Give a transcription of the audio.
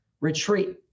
retreat